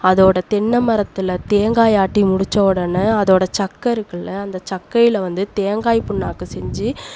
அதோடு தென்னமரத்தில் தேங்காய் ஆட்டி முடித்த உடன அதோடய சக்கை இருக்குல அந்த சக்கையில் வந்து தேங்காய் புண்ணாக்கு செஞ்சு